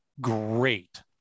great